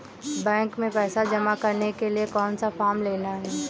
Bank में पैसा जमा करने के लिए कौन सा फॉर्म लेना है?